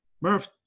Murph